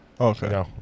Okay